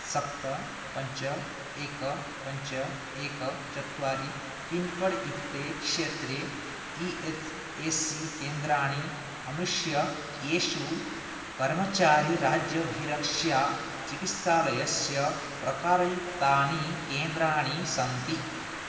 सप्त पञ्च एक पञ्च एक चत्वारि पिन्कोड् युक्ते क्षेत्रे ई एस् ऐ सी केन्द्राणि अन्विश्य येषु कर्मचारी राज्यभिरक्ष्या चिकित्सालयस्य प्रकारयुक्तानि केन्द्राणि सन्ति